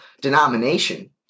denomination